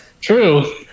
True